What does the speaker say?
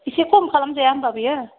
इसे खम खालाम जाया होनबा बियो